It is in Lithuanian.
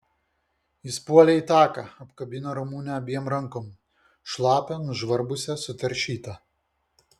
jis puolė į taką apkabino ramunę abiem rankom šlapią nužvarbusią sutaršytą